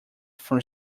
from